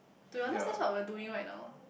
do you understand what we are doing right now